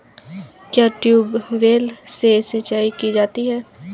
क्या ट्यूबवेल से सिंचाई की जाती है?